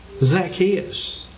Zacchaeus